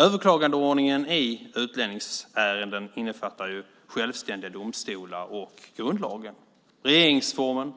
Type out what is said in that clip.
Överklagandeordningen i utlänningsärenden innefattar självständiga domstolar och grundlagen, regeringsformen.